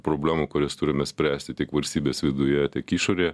problemų kurias turime spręsti tiek valstybės viduje tiek išorėje